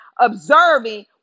observing